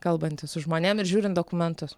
kalbantis su žmonėm ir žiūrint dokumentus